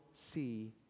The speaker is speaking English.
see